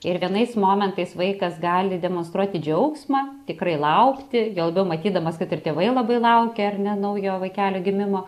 ir vienais momentais vaikas gali demonstruoti džiaugsmą tikrai laukti juo labiau matydamas kad ir tėvai labai laukia ar ne naujo vaikelio gimimo